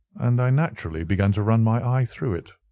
and i naturally began to run my eye through it.